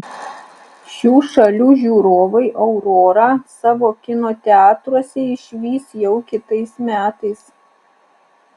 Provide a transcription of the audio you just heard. šių šalių žiūrovai aurorą savo kino teatruose išvys jau kitais metais